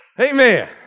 Amen